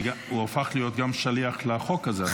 הוא הפך להיות גם שליח לחוק הזה עכשיו.